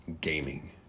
gaming